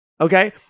Okay